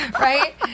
Right